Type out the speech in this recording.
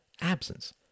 absence